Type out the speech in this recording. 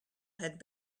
had